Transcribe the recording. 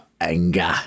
anger